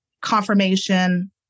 confirmation